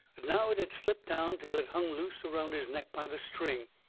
now it had slipped down till it hung loose around his neck by the string.